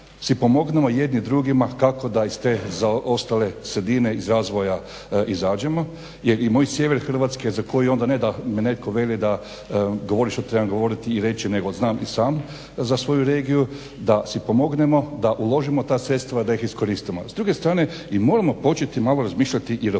si pomognemo jedni drugima kako da iz te zaostale sredine iz razvoja izađemo. Jer i moj sjever Hrvatske za koji onda ne da mi netko veli da govorim o čemu trebam govorit i reći nego znam i sam za svoju regiju da si pomognemo, da uložimo ta sredstva, da ih iskoristimo. S druge strane i moramo početi malo razmišljati i o